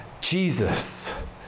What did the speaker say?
Jesus